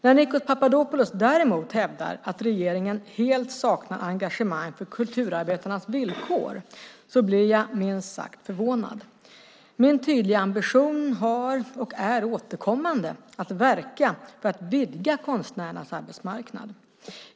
När Nikos Papadopoulos däremot hävdar att regeringen "helt saknar engagemang för kulturarbetarnas villkor" blir jag minst sagt förvånad. Min tydliga ambition har varit och är återkommande att verka för att vidga konstnärernas arbetsmarknad.